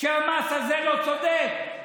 והמס הזה לא צודק,